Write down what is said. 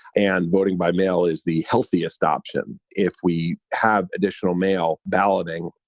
and voting by mail is the healthiest option. if we have additional mail balloting,